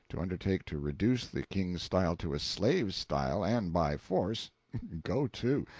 to undertake to reduce the king's style to a slave's style and by force go to!